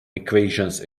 equations